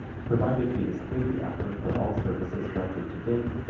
provided he has paid the actor for all services rendered to date,